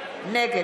נגד